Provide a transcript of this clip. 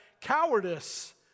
cowardice